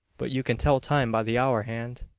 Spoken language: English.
but you can tell time by the hour hand.